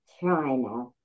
China